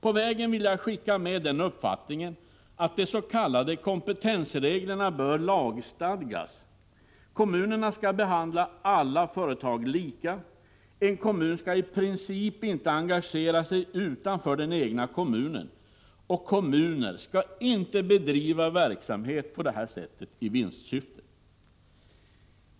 På vägen vill jag skicka med den uppfattningen att de s.k. kompetensreglerna bör lagstadgas, kommunerna skall behandla alla företag lika, en kommun skall i princip inte engagera sig utanför den egna kommunen, och kommuner skall inte bedriva verksamhet på det här sättet i vinstsyfte.